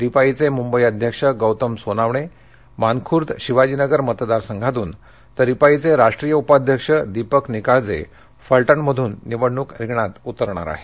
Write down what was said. रिपाइंचे मुंबई अध्यक्ष गौतम सोनावणे मानखुर्द शिवाजी नगर मतदारसंघातून तर रिपाइंचे राष्ट्रीय उपाध्यक्ष दीपक निकाळजे फलटणमधून निवडणुक रिंगणात उतरणार आहेत